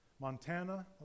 Montana